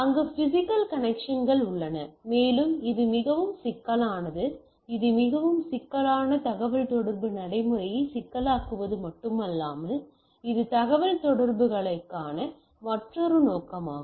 அங்கு பிசிக்கல் கனெக்ஷன்கள் உள்ளன மேலும் இது மிகவும் சிக்கலானது இது மிகவும் சிக்கலான தகவல்தொடர்பு நடைமுறையை சிக்கலாக்குவது மட்டுமல்லாமல் இது தகவல்தொடர்புக்கான மற்றொரு நோக்கமாகும்